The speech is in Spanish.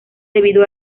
debido